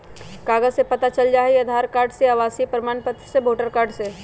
कागज से पता चल जाहई, आधार कार्ड से, आवासीय प्रमाण पत्र से, वोटर कार्ड से?